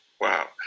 Wow